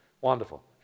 wonderful